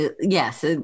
Yes